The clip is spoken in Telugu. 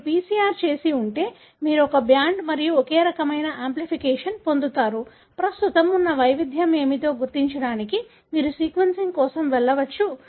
మీరు PCR చేసి ఉంటే మీరు ఒకే బ్యాండ్ మరియు ఒకే రకమైన యాంప్లిఫికేషన్ పొందుతారు ప్రస్తుతం ఉన్న వైవిధ్యం ఏమిటో గుర్తించడానికి మీరు సీక్వెన్సింగ్ కోసం వెళ్ళవచ్చు